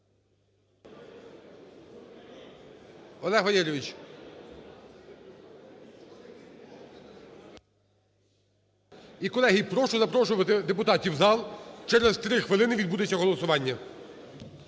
Олег Валерійович! І, колеги, прошу запрошувати депутатів в зал через 3 хвилини відбудеться голосування.